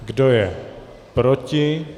Kdo je proti?